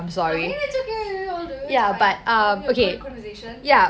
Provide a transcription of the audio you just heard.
I mean it's okay it's fine we are having a good conversation